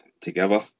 together